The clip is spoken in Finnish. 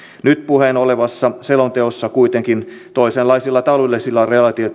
nyt puheena olevassa selonteossa kuitenkin toisenlaisilla taloudellisilla